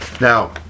Now